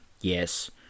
Yes